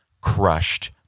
crushed